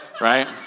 right